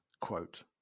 quote